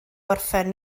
orffen